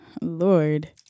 Lord